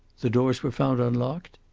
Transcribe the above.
the doors were found unlocked?